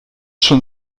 schon